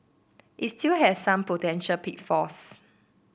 it still has some potential pitfalls